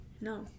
No